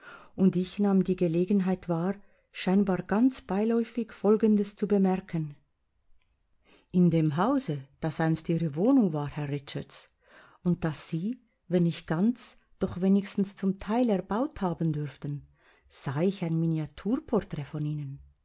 und ich nahm die gelegenheit wahr scheinbar ganz beiläufig folgendes zu bemerken in dem hause das einst ihre wohnung war herr richards und das sie wenn nicht ganz doch wenigstens zum teil erbaut haben dürften sah ich ein miniaturporträt von ihnen